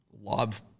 love